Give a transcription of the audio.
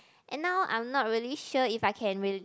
and now I'm not really sure if I can real